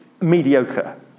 mediocre